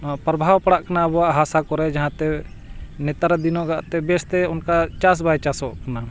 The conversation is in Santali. ᱱᱚᱣᱟ ᱯᱨᱚᱵᱷᱟᱵᱽ ᱯᱟᱲᱟᱜ ᱠᱟᱱᱟ ᱟᱵᱚᱣᱟᱜ ᱦᱟᱥᱟ ᱠᱚᱨᱮ ᱡᱟᱦᱟᱸᱛᱮ ᱱᱮᱛᱟᱨ ᱫᱤᱱᱚᱜᱟᱜ ᱛᱮ ᱵᱮᱥ ᱛᱮ ᱚᱱᱠᱟ ᱪᱟᱥ ᱵᱟᱭ ᱪᱟᱥᱚᱜ ᱠᱟᱱᱟ